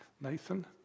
Nathan